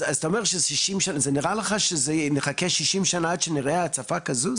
אז אתה אומר שזה לקח 60 ונראה לך שאנחנו נחכה 60 שנה עד שנראה הצפה כזו,